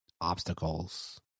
obstacles